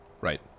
Right